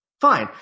fine